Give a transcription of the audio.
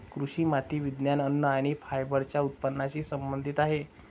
कृषी माती विज्ञान, अन्न आणि फायबरच्या उत्पादनाशी संबंधित आहेत